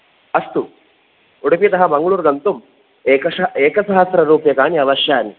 अस्तु उडुपितः मङ्गळूर् गन्तुम् एकश एकसहस्र रूप्यकाणि अवश्याकानि